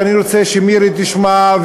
ואני רוצה שמירי תשמע,